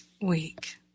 week